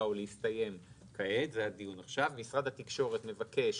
או להסתיים כעת וזה הדיון עכשיו משרד התקשורת מבקש